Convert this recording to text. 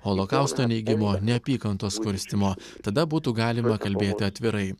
holokausto neigimo neapykantos kurstymo tada būtų galima kalbėti atvirai